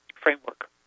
framework